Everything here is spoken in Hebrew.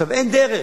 אין דרך.